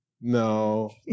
no